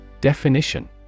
Definition